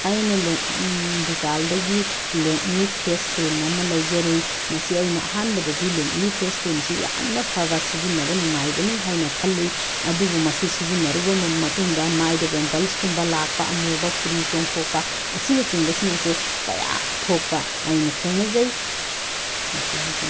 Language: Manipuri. ꯑꯩꯅ ꯗꯨꯀꯥꯟꯗꯒꯤ ꯂꯦꯛꯃꯤ ꯐꯦꯁ ꯀ꯭ꯔꯤꯝ ꯑꯃ ꯂꯩꯖꯔꯨꯏ ꯃꯁꯤ ꯑꯩꯅ ꯑꯍꯥꯟꯕꯗꯗꯤ ꯂꯦꯛꯃꯤ ꯐꯦꯁ ꯀ꯭ꯔꯤꯝꯁꯤ ꯌꯥꯝꯅ ꯐꯕ ꯁꯤꯖꯤꯟꯅꯕ ꯅꯨꯡꯉꯥꯏꯕꯅꯤ ꯍꯥꯏꯅ ꯈꯜꯂꯨꯏ ꯑꯗꯨꯕꯨ ꯃꯁꯤ ꯁꯤꯖꯤꯟꯅꯔꯨꯕ ꯃꯇꯨꯡꯗ ꯃꯥꯏꯗ ꯄꯦꯝꯄꯜꯁ ꯀꯨꯝꯕ ꯂꯥꯛꯄ ꯑꯃꯨꯕ ꯐꯨꯔꯤ ꯆꯤꯡꯊꯣꯛꯄ ꯑꯁꯤꯅꯆꯤꯡꯕꯁꯤꯡ ꯑꯁꯤ ꯀꯌꯥ ꯊꯣꯛꯄ ꯑꯩꯅ ꯊꯦꯡꯅꯖꯩ ꯃꯁꯤ ꯍꯥꯏꯖꯅꯤꯡꯏ